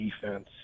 defense